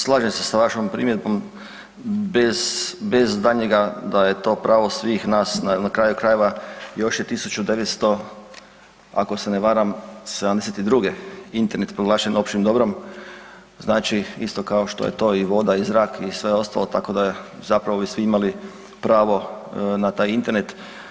Slažem se sa vašom primjedbom, bez daljnjega da je to pravo svih nas, na kraju krajeva još je 1972. ako se ne varam, Internet proglašen općim dobrom, znači isto kao što je to i voda i zrak i sve ostalo tako da zapravo bi svi imali pravo na taj Internet.